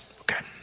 Okay